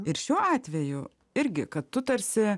ir šiuo atveju irgi kad tu tarsi